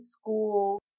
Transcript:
school